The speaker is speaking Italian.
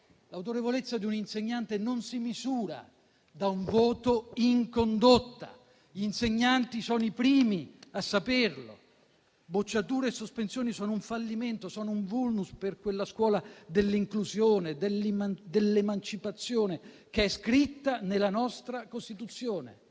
L'autorevolezza di un insegnante non si misura da un voto in condotta. Gli insegnanti sono i primi a saperlo: bocciature e sospensioni sono un fallimento, sono un *vulnus* per quella scuola dell'inclusione e dell'emancipazione che è scritta nella nostra Costituzione.